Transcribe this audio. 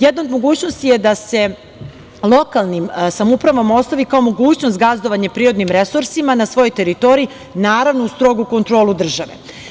Jedna od mogućnost je da se lokalnim samoupravama ostavi kao mogućnost gazdovanje prirodnim resursima na svojoj teritoriji naravno uz strogu kontrolu države.